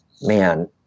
man